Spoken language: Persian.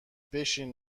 بشین